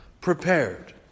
prepared